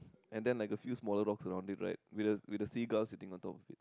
and then like a few smaller rocks on they ride with the with the sea gauze on top of it